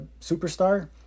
superstar